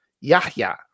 Yahya